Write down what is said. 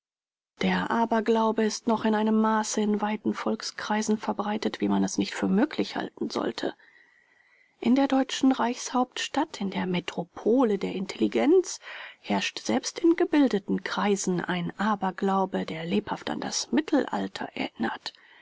der aberglaube ist noch in einem maße in weiten volkskreisen verbreitet wie man es nicht für möglich halten sollte in der deutschen reichshauptstadt in der metropole der intelligenz herrscht selbst in gebildeten kreisen ein aberglaube der lebhaft an das mittelalter erinnert